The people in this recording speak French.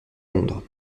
londres